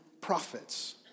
prophets